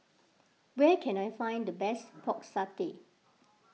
where can I find the best Pork Satay